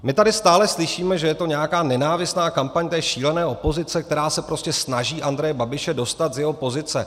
My tady stále slyšíme, že je to nějaká nenávistná kampaň té šílené opozice, která se prostě snaží Andreje Babiše dostat z jeho pozice.